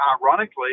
ironically